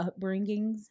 upbringings